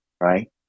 right